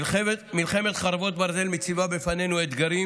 מלחמת חרבות ברזל מציבה בפנינו אתגרים